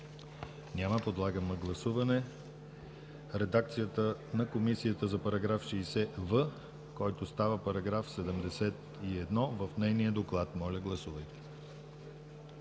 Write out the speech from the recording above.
Няма. Подлагам на гласуване редакцията на Комисията за § 60в, който става § 71 в нейния доклад. Моля, гласувайте.